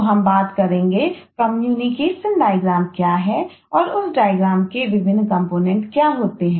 तो हम बात करेंगे कम्युनिकेशन डायग्राम क्या होते हैं